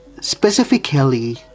Specifically